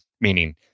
meaning